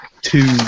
two